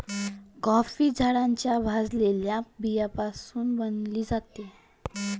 coffee झाडाच्या भाजलेल्या बियाण्यापासून बनविली जाते